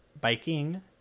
biking